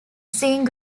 seeing